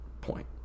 Point